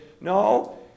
No